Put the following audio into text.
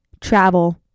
travel